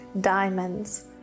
diamonds